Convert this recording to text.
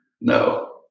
No